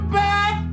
back